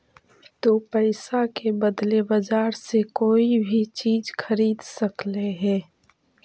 तु पईसा के बदले बजार से कोई भी चीज खरीद सकले हें